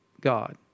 God